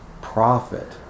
profit